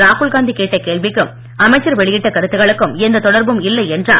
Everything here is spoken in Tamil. ராகுல் காந்தி கேட்ட கேள்விக்கும் அமைச்சர் வெளியிட்ட கருத்துக்களுக்கும் எந்தத் தொடர்பும் இல்லை என்றார்